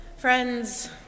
Friends